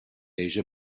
asia